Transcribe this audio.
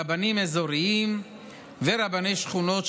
רבנים אזוריים ורבני שכונות,